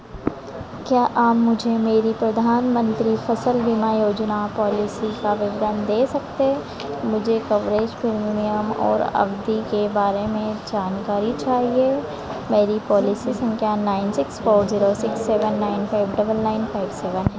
क्या आप मुझे मेरी प्रधानमंत्री फ़सल बीमा योजना पॉलिसी का विवरण दे सकते हैं मुझे कवरेज प्रीमियम और अवधि के बारे में जानकारी चाहिए मेरी पॉलिसी संख्या nine six four zero six seven nine five double nine five seven है